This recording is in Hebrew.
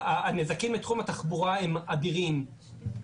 הנזקים בתחום התחבורה הם אדירים.